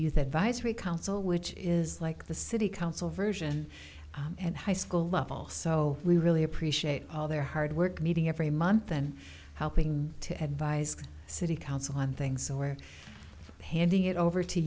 youth advisory council which is like the city council version and high school level so we really appreciate all their hard work meeting every month and helping to advise city council on things or handing it over to